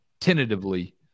tentatively